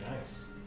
nice